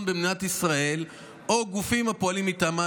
במדינת ישראל או גופים הפועלים מטעמה,